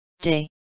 Day